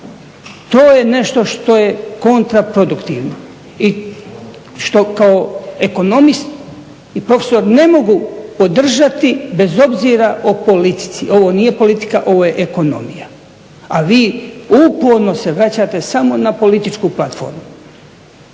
To je nešto što je kontraproduktivno i što kao ekonomist i profesor ne mogu podržati bez obzira o politici. Ovo nije politika ovo je ekonomija, a vi uporno se vraćate samo na političku platformu.